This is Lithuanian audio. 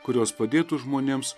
kurios padėtų žmonėms